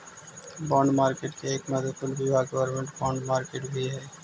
bond market के एक महत्वपूर्ण विभाग गवर्नमेंट बॉन्ड मार्केट भी हइ